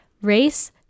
race